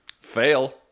Fail